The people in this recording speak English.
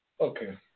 Okay